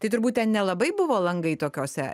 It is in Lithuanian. tai turbūt ten nelabai buvo langai tokiose